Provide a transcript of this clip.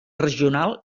regional